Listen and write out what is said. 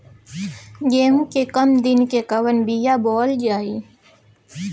गेहूं के कम दिन के कवन बीआ बोअल जाई?